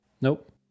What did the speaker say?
Nope